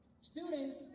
Students